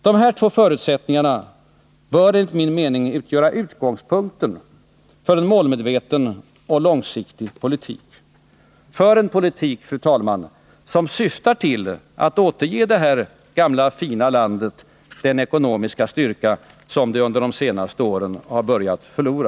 Dessa två förutsättningar bör enligt min mening utgöra utgångspunkten för en målmedveten och långsiktig politik. För en politik, fru talman, som syftar till att återge det här gamla fina landet den ekonomiska styrka som det under de senaste åren har börjat förlora.